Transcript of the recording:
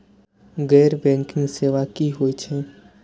गैर बैंकिंग सेवा की होय छेय?